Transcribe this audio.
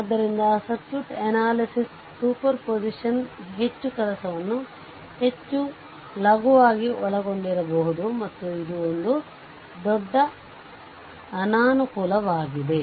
ಆದ್ದರಿಂದ circuit analysis superposition ಹೆಚ್ಚು ಕೆಲಸವನ್ನು ಹೆಚ್ಚು ಲಘುವಾಗಿ ಒಳಗೊಂಡಿರಬಹುದು ಮತ್ತು ಇದು ಒಂದು ದೊಡ್ಡ ಅನಾನುಕೂಲವಾಗಿದೆ